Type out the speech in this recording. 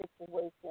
situation